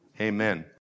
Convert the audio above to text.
Amen